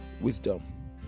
wisdom